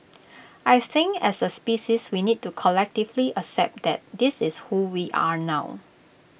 I think as A species we need to collectively accept that this is who we are now